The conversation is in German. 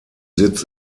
sitz